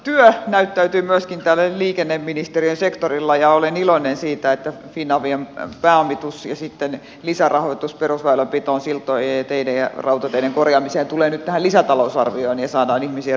työ näyttäytyy myöskin tällä liikenneministeriön sektorilla ja olen iloinen siitä että finavian pääomitus ja lisärahoitus perusväylänpitoon siltojen teiden ja rautateiden korjaamiseen tulee nyt tähän lisätalousarvioon ja saadaan ihmisiä työllistettyä